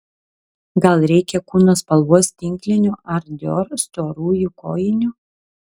gal reikia kūno spalvos tinklinių ar dior storųjų kojinių